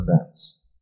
events